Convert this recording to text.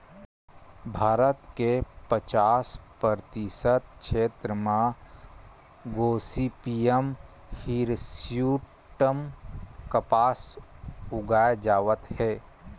भारत के पचास परतिसत छेत्र म गोसिपीयम हिरस्यूटॅम कपसा उगाए जावत हे